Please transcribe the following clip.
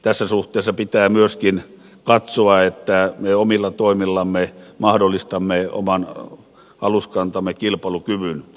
tässä suhteessa pitää myöskin katsoa että me omilla toimillamme mahdollistamme oman aluskantamme kilpailukyvyn